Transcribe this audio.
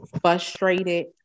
frustrated